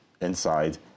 inside